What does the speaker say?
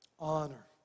Honor